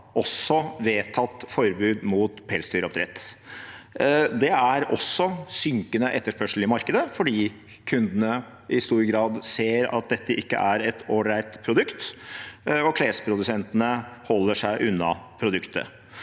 land vedtatt forbud mot pelsdyroppdrett. Det er også synkende etterspørsel i markedet fordi kundene i stor grad ser at dette ikke er et ålreit produkt, og klesprodusentene holder seg unna produktet.